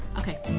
okay.